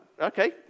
okay